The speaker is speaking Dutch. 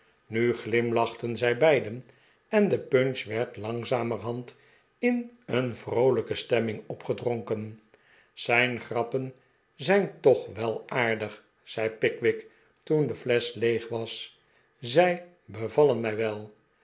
nu glimlachten zij beiden en de punch werd langzamerhand in een vroolijke stemming opgedronken zijn grappen zijn toch wel aardig zei pickwick toen de flesch leeg was zij bevallen mij wel